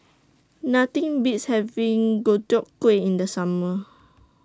Nothing Beats having Deodeok Gui in The Summer